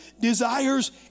desires